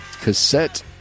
cassette